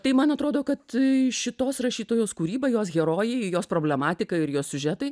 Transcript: tai man atrodo kad šitos rašytojos kūrybą jos herojai jos problematika ir jos siužetai